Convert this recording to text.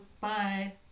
Bye